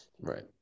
Right